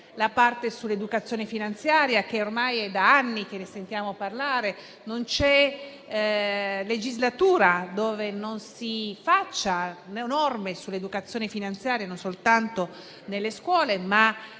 la parte sull'educazione finanziaria, di cui ormai da anni sentiamo parlare. Non c'è legislatura in cui non si facciano norme sull'educazione finanziaria non soltanto nelle scuole,